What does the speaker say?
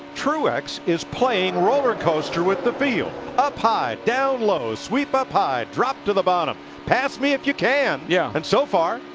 truex is playing roller coaster with the field. up high, down low, sweep up high, drop to the bottom, pass me if you can. yeah and so far,